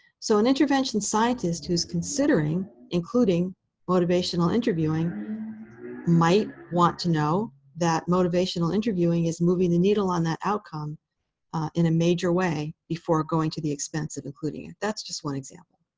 so an intervention scientist who's considering including motivational interviewing might want to know that motivational interviewing is moving the needle on that outcome in a major way before going to the expense of including it. that's just one example.